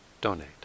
donate